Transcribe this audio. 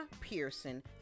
Pearson